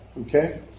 okay